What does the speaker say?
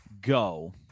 go